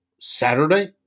Saturday